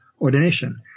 ordination